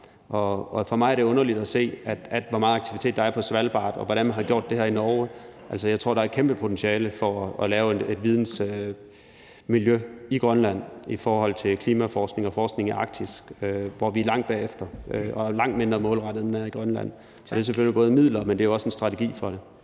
og for mig var det underligt at se, hvor meget aktivitet der er på Svalbard, og hvordan man har gjort det her i Norge. Altså, jeg tror, at der er et kæmpe potentiale for at lave et vidensmiljø i Grønland i forhold til klimaforskning og forskning i Arktis, hvor vi er langt bagefter og langt mindre målrettet, end man er i Grønland. Det handler selvfølgelig både om midler, men også om en strategi for det.